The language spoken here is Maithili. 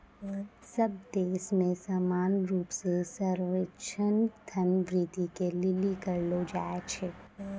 सब देश मे समान रूप से सर्वेक्षण धन वृद्धि के लिली करलो जाय छै